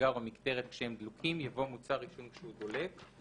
סיגר או מקטרת כשהם דלוקים" יבוא "מוצר עישון כשהוא דולק";